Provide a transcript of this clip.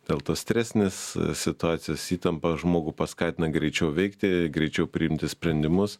dėl tos stresinės situacijos įtampą žmogų paskatina greičiau veikti greičiau priimti sprendimus